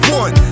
one